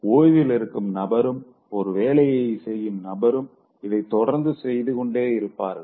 ஓய்வில் இருக்கும் நபரும் ஒரு வேலையை செய்யும் நபரும் இதை தொடர்ந்து செய்துகொண்டே இருப்பார்கள்